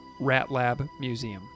RatLabMuseum